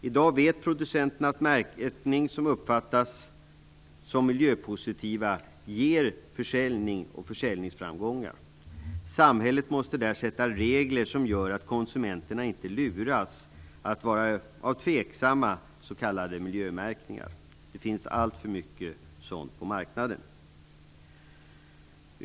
I dag vet producenterna att märkning som uppfattas som miljöpositiv ger försäljning och försäljningsframgångar. Samhället måste där sätta regler som gör att konsumenterna inte luras av tvivelaktiga s.k. miljömärkningar - det finns alltför mycket av detta på marknaden.